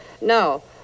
no